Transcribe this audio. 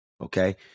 Okay